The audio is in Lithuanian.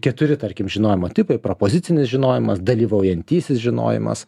keturi tarkim žinojimo tipai propozicinis žinojimas dalyvaujantysis žinojimas